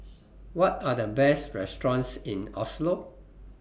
What Are The Best restaurants in Oslo